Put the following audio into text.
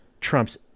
trumps